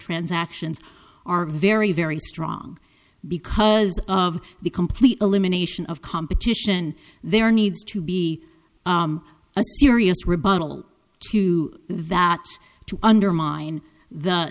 transactions are very very strong because of the complete elimination of competition there needs to be a serious rebuttal to that to undermine the